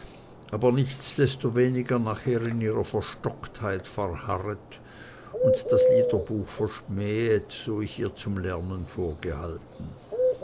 aber nichts desto weniger nachher in ihrer verstocktheit verharret und das liederbuch verschmähet so ich ihr zum lernen vorgehalten